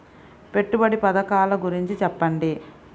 పెట్టుబడి పథకాల గురించి చెప్పండి?